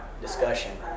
discussion